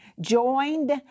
joined